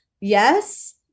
Yes